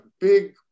big